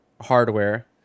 hardware